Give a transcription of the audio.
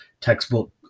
textbook